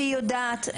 שהיא יודעת.